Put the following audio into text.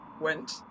went